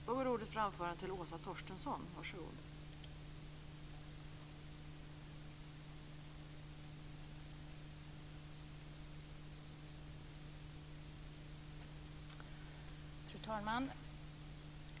Fru talman!